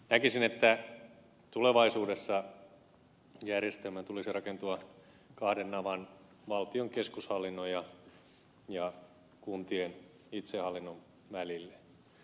näkisin että tulevaisuudessa järjestelmän tulisi rakentua kahden navan valtion keskushallinnon ja kuntien itsehallinnon välille